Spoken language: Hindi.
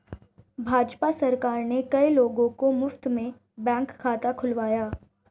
भाजपा सरकार ने कई लोगों का मुफ्त में बैंक खाता खुलवाया